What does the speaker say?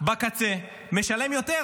בקצה משלם יותר.